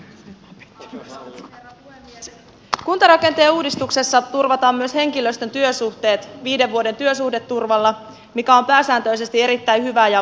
kuntarakenteen uudistuksessa turvataan myös henkilöstön työsuhteet viiden vuoden työsuhdeturvalla mikä on pääsääntöisesti erittäin hyvä ja kannatettava asia